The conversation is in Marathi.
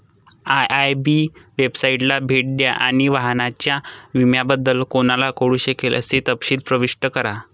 आय.आय.बी वेबसाइटला भेट द्या आणि वाहनाच्या विम्याबद्दल कोणाला कळू शकेल असे तपशील प्रविष्ट करा